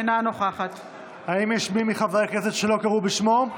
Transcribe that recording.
אינה נוכחת האם יש מי מחברי הכנסת שלא קראו בשמו?